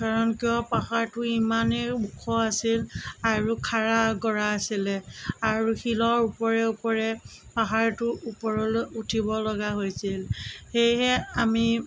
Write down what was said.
কাৰণ কিয় পাহাৰটো ইমানে ওখ আছিল আৰু খাৰা গৰা আছিলে আৰু শিলৰ ওপৰে ওপৰে পাহাৰটো ওপৰলৈ উঠিব লগা হৈছিল সেইহে আমি